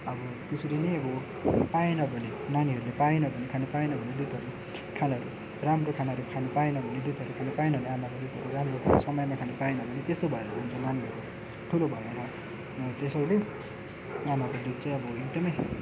अब त्यसरी नै अब पाएन भने नानीहरूले पाएन भने खानु पाएन भने दुधहरू खानाहरू राम्रो खानाहरू खानु पाएन भने दुधहरू खानु पाएन भने आमाको दुधहरू राम्रो समयमा खानु पाएन भने त्यस्तो भएर जान्छ नानीहरू ठुलो भएर त्यसैले आमाको दुध चाहिँ अब एकदमै